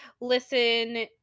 listen